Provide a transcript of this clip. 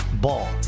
Ball